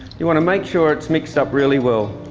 you want to make sure it's mixed up really well.